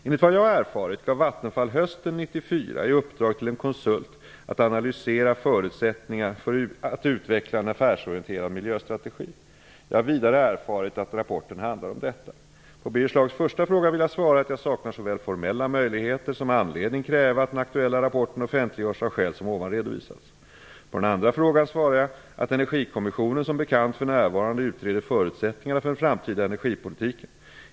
Enligt vad jag erfarit gav Vattenfall hösten 1994 i uppdrag till en konsult att analysera förutsättningar för att utveckla en affärsorienterad miljöstrategi. Jag har vidare erfarit att rapporten också handlar om detta. På Birger Schlaugs första fråga vill jag svara, att jag saknar såväl formella möjligheter som anledning att kräva att den aktuella rapporten offentliggörs av skäl som ovan redovisats. På den andra frågan svarar jag, att Engergikommissionen som bekant för närvarande utreder förutsättningarna för den framtida engergipolitiken.